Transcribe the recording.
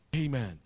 Amen